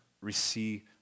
receive